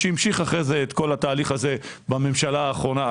שהמשיך אחר כך את כל התהליך הזה בממשלה הקודמת,